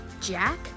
Jack